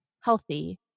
healthy